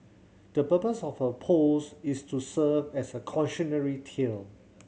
the purpose of her post is to serve as a cautionary tale